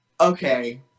Okay